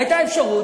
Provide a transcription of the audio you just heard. הייתה אפשרות,